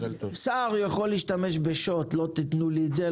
שר יכול להשתמש בשוט לא תיתנו לי את זה,